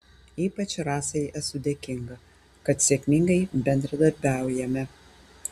ypač rasai esu dėkinga kad sėkmingai bendradarbiaujame